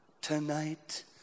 tonight